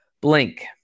blink